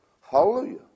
hallelujah